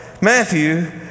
Matthew